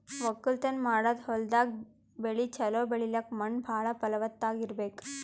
ವಕ್ಕಲತನ್ ಮಾಡದ್ ಹೊಲ್ದಾಗ ಬೆಳಿ ಛಲೋ ಬೆಳಿಲಕ್ಕ್ ಮಣ್ಣ್ ಭಾಳ್ ಫಲವತ್ತಾಗ್ ಇರ್ಬೆಕ್